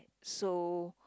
so